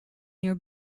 near